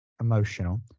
emotional